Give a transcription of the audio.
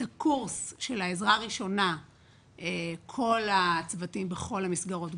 את הקורס עזרה ראשונה כל הצוותים בכל המסגרות,